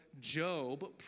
Job